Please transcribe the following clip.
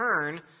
turn